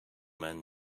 man